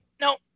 No